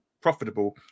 profitable